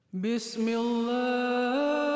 Bismillah